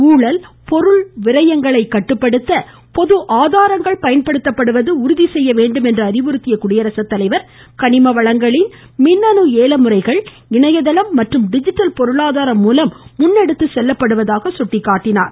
ஊழல் பொருள் விரயங்களை கட்டுப்படுத்த பொது ஆதாரங்கள் பயன்படுத்துவதை உறுதி செய்ய வேண்டும் என்று அறிவுறுத்திய குடியரசுத்தலைவர் கனிம வளங்களின் மின்னணு ஏலமுறைகள் இணையதளம் மற்றும் டிஜிட்டல் பொருளாதாரம் மூலம் முன்னெடுத்து செல்லப்படுவதாக சுட்டிக்காட்டினார்